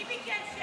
מי ביקש שמית?